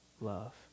love